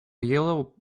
yellow